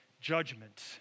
judgment